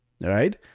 right